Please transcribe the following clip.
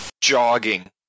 jogging